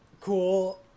cool